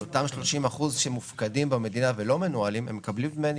על אותם 30% שמופקדים במדינה ולא מנוהלים הם מקבלים דמי ניהול.